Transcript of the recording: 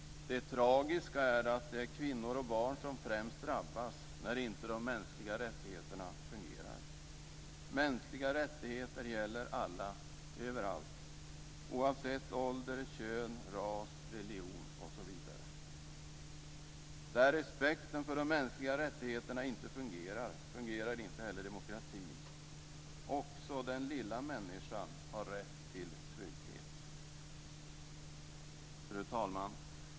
Det tragiska är att det är kvinnor och barn som främst drabbas när de mänskliga rättigheterna inte fungerar. Mänskliga rättigheter gäller alla, överallt, oavsett ålder, kön, ras, religion osv. Där respekten för de mänskliga rättigheterna inte fungerar, fungerar inte heller demokratin. Också den lilla människan har rätt till trygghet. Fru talman!